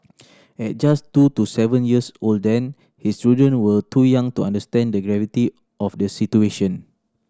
at just two to seven years old then his children were too young to understand the gravity of the situation